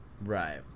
Right